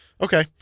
Okay